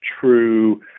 true